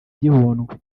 gihundwe